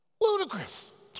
Ludicrous